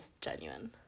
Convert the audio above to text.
genuine